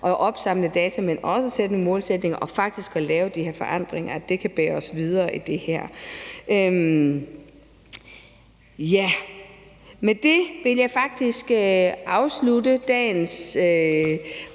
at opsamle data, men også opsætte en målsætning og faktisk få lavet de her forandringer, kan det bære os videre i det her. Med det sagt vil jeg afslutte dagens